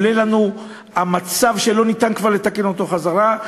עולה לנו המצב שכבר לא ניתן לתקן אותו חזרה.